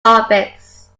office